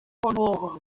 honora